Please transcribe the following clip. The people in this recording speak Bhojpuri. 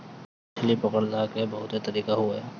मछरी पकड़ला के बहुते तरीका हवे